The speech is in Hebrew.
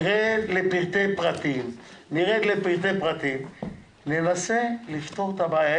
נרד לפרטי פרטים וננסה לפתור את הבעיה.